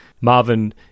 Marvin